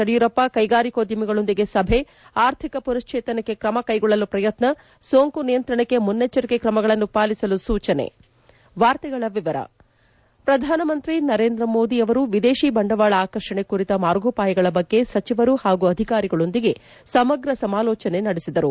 ಯಡಿಯೂರಪ್ಪ ಕೈಗಾರಿಕೋದ್ಯಮಿಗಳೊಂದಿಗೆ ಸಭೆ ಆರ್ಥಿಕ ಪುನಃಶ್ಚೇತನಕ್ಕೆ ಕ್ರಮ ಕ್ವೆಗೊಳ್ಳಲು ಪ್ರಯತ್ನ ಸೋಂಕು ನಿಯಂತ್ರಣಕ್ಕೆ ಮುನ್ನೆಚ್ಚರಿಕೆ ಕ್ರಮಗಳನ್ನು ಪಾಲಿಸಲು ಸೂಚನೆ ಪ್ರಧಾನಮಂತ್ರಿ ನರೇಂದ್ರ ಮೋದಿ ಅವರು ವಿದೇಶಿ ಬಂಡವಾಳ ಆಕರ್ಷಣೆ ಕುರಿತ ಮಾರ್ಗೋಪಾಯಗಳ ಬಗ್ಗೆ ಸಚಿವರು ಹಾಗೂ ಅಧಿಕಾರಿಗಳೊಂದಿಗೆ ಸಮಗ್ರ ಸಮಾಲೋಚನೆ ನಡೆಸಿದರು